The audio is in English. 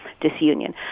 disunion